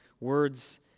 words